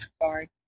Sorry